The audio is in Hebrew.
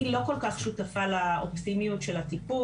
אני לא כל כך שותפה לאופטימיות של הטיפול